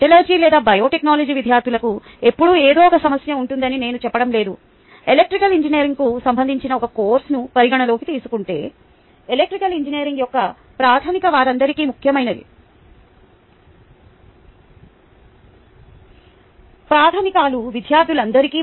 metallurgy లేదా biotechnology విద్యార్థులకు ఎప్పుడూ ఏదో ఒక సమస్య ఉంటుందని నేను చెప్పడం లేదు ఎలక్ట్రికల్ ఇంజనీరింగ్కు సంబంధించిన ఒక కోర్సును పరిగణనలోకి తీసుకుంటే ఎలక్ట్రికల్ ఇంజనీరింగ్ యొక్క ప్రాథమికాలు వారందరికీ ముఖ్యమైనవి విద్యార్థులందరికీ